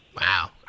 Wow